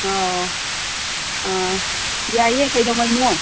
ꯑꯥꯎ ꯑꯥ ꯌꯥꯏꯌꯦ ꯀꯩꯗꯧꯉꯩꯅꯣ